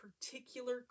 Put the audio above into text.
particular